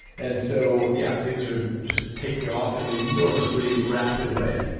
and so yeah things are just taking off in an enormously rapid way.